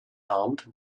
helmet